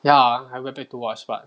ya I went back to watch but